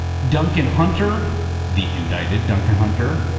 duncan hunter the indicted duncan hunter,